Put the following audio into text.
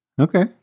Okay